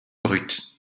brute